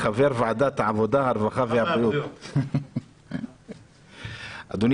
אדוני